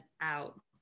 out